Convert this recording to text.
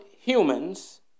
humans